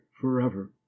forever